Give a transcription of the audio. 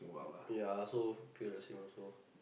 ya I also feel the same also